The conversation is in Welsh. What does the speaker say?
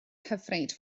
hyfryd